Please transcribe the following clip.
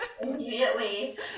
Immediately